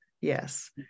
Yes